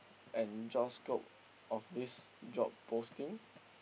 and job scope of this job posting